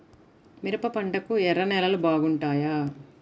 మిరప పంటకు ఎర్ర నేలలు బాగుంటాయా?